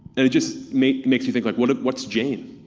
and it just makes makes you think like, what's what's jane?